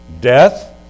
Death